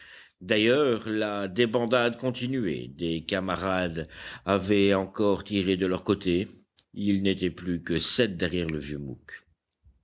d'ailleurs la débandade continuait des camarades avaient encore tiré de leur côté ils n'étaient plus que sept derrière le vieux